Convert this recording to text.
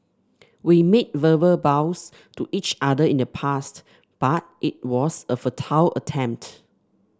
we made verbal vows to each other in the past but it was a futile attempt